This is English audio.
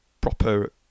proper